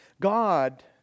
God